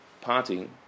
parting